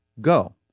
go